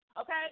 Okay